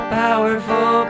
powerful